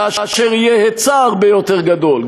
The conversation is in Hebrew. כאשר יהיה היצע הרבה יותר גדול,